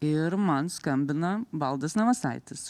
ir man skambina valdas navasaitis